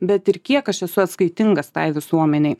bet ir kiek aš esu atskaitingas tai visuomenei